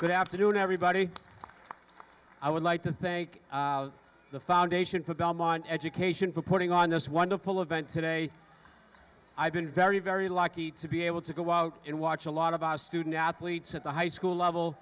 good afternoon everybody i would like to thank the foundation for belmont education for putting on this wonderful event today i've been very very lucky to be able to go out and watch a lot of our student athletes at the high school level